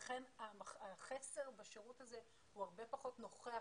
לכן החסר בשירות הזה הוא הרבה פחות נוכח